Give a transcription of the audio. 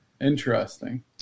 Interesting